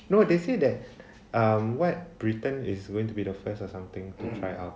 no they say that um what britain is going to be the first or something to try out